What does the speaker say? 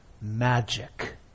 magic